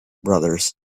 brothers